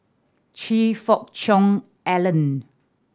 Choe Fook Cheong Alan